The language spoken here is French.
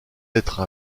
être